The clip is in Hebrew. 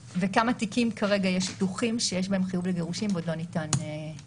וכמה תיקים פתוחים יש כרגע שיש בהם חיוב לגירושין ועוד לא ניתן גט.